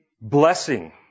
blessing